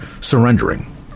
surrendering